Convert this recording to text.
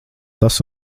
tas